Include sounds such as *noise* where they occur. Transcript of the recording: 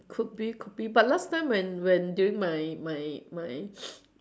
could be could be but last time when when during my my my *noise*